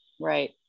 right